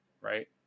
right